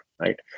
right